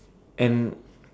and